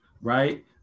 Right